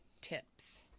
tips